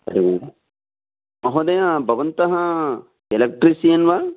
हरिः ओम् महोदय भवतः एलेट्रिषियन् वा